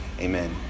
Amen